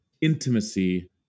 intimacy